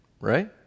right